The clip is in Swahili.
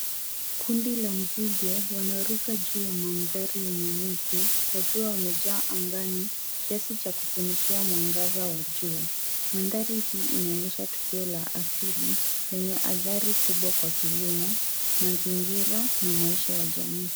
Kundi la nzige wanarukaruka juu ya mandhari yenye miti wakiwa wamejaa angani kiasi cha kufunika jua. Mandhari hili inaonyesha tukio la asili lenye adhari kubwa kwa kilimo, mazingira na maisha ya jamii.